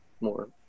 more